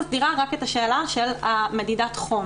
מי יצליח לתזמן את כל הזמנים בהתאם למדינת היעד,